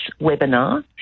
webinar